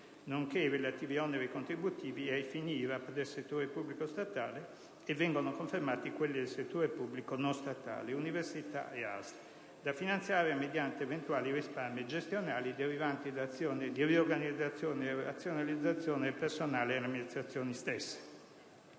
nonché i relativi oneri contributivi ai fini IRAP del settore pubblico statale e vengono confermati quelli del settore pubblico non statale, università e ASL, da finanziare mediante eventuali risparmi gestionali derivanti da azioni di riorganizzazione e razionalizzazione del personale delle amministrazioni stesse.